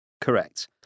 Correct